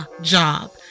job